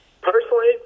Personally